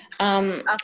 Okay